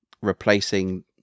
replacing